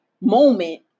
moment